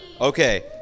Okay